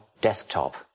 desktop